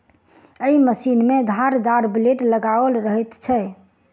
एहि मशीन मे धारदार ब्लेड लगाओल रहैत छै